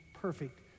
perfect